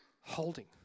holding